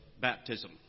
baptism